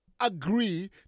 agree